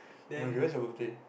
when is your birthday